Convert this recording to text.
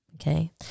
okay